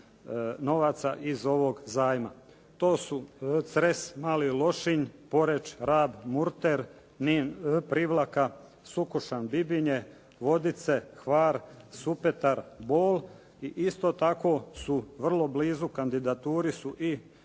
novaca iz ovog zajma. To su Cres, Mali Lošin, Poreč, Rab, Murter, Nin, Privlaka, Sukošan, Bibinje, Vodice, Hvar, Super, Bol i isto tako su vrlo brzo kandidaturi su i